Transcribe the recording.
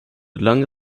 lange